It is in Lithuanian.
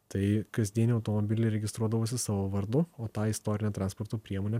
tai kasdienį automobilį registruodavosi savo vardu o tą istorinę transporto priemonę